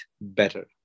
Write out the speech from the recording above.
better